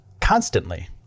constantly